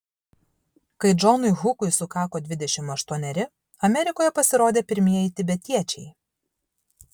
kai džonui hukui sukako dvidešimt aštuoneri amerikoje pasirodė pirmieji tibetiečiai